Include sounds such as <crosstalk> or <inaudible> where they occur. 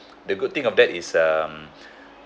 the good thing of that is um <breath>